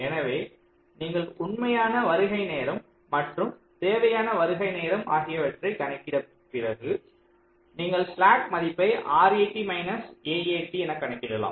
எனவே நீங்கள் உண்மையான வருகை நேரம் மற்றும் தேவையான வருகை நேரம் ஆகியவற்றைக் கணக்கிட்ட பிறகு நீங்கள் ஸ்லாக் மதிப்பை RAT மைனஸ் AAT என கணக்கிடலாம்